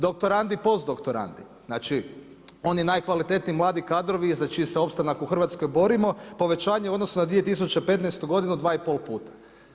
Doktorandi, postdoktoranti znači oni najkvalitetniji mladi kadrovi za čiji se opstanak u Hrvatskoj borimo povećanje u odnosu na 2015. godinu 2 i pol puta.